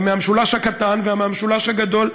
ומהמשולש הקטן ומהמשולש הגדול,